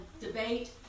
debate